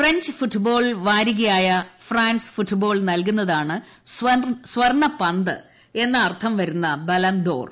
French football വാരികയായ പ്രിഫാൻസ് football നൽകുന്നതാണ് സർണ്ണപ്പന്ത് എന്ന് അർത്ഥം വരുന്ന ബലന്ദോർ